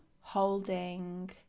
holding